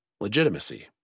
legitimacy